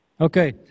Okay